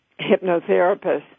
hypnotherapists